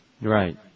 Right